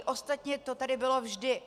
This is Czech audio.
Ostatně to tady bylo vždy.